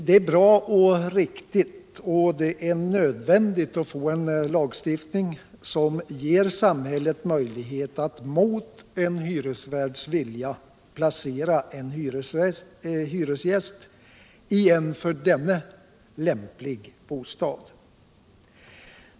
Det är bra, riktigt och nödvändigt att få en lagstiftning som ger samhället möjlighet att mot en hyresvärds vilja placera en hyresgäst i en för denne lämplig bostad.